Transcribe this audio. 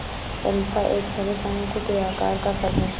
शरीफा एक हरे, शंकु के आकार का फल है